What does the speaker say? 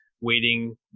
waiting